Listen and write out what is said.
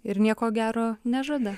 ir nieko gero nežada